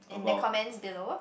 and the comment below